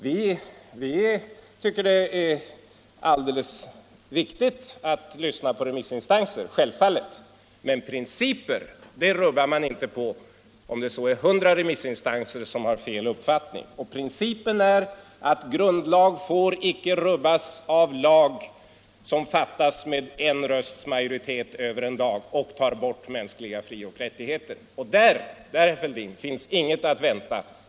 Vi tycker självfallet att det är viktigt att lyssna till remissinstanser, men principer rubbar man inte på om det så är hundra remissinstanser som har fel uppfattning. Och principen är: Grundlag får inte över en dag rubbas av lag som beslutats med en rösts majoritet och tar bort mänskliga frioch rättigheter. Här finns, herr Fälldin, inget att vänta.